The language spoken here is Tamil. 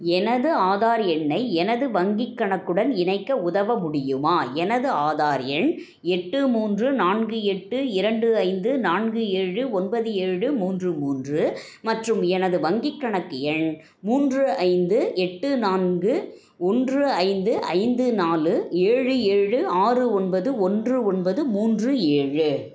எனது ஆதார் எண்ணை எனது வங்கிக் கணக்குடன் இணைக்க உதவ முடியுமா எனது ஆதார் எண் எட்டு மூன்று நான்கு எட்டு இரண்டு ஐந்து நான்கு ஏழு ஒன்பது ஏழு மூன்று மூன்று மற்றும் எனது வங்கிக் கணக்கு எண் மூன்று ஐந்து எட்டு நான்கு ஒன்று ஐந்து ஐந்து நாலு ஏழு ஏழு ஆறு ஒன்பது ஒன்று ஒன்பது மூன்று ஏழு